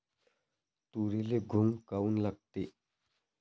तुरीले घुंग काऊन लागते?